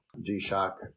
G-Shock